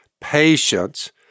patience